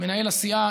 מנהל הסיעה,